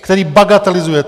Který bagatelizujete.